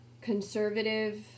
conservative